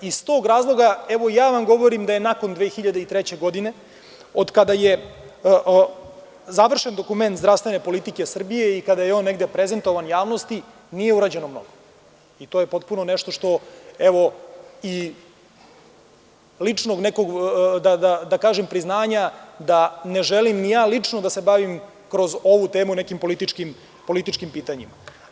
Iz tog razloga, evo ja vam govorim da je nakon 2003. godine od kada je završen dokument zdravstvene politike Srbije i kada je on negde prezentovan javnosti nije urađeno mnogo i to je potpuno nešto što i iz ličnog nekog, da kažem, priznanja da ne želim ni ja lično da se bavim kroz ovu temu nekim političkim pitanjima.